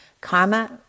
Karma